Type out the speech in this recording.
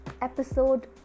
episode